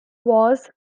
was